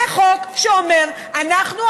זה חוק שאומר: אנחנו,